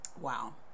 Wow